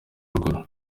ruguru